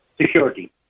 Security